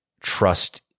trust